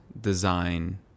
design